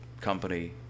company